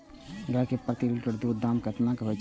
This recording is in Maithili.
गाय के प्रति लीटर दूध के दाम केतना होय के चाही?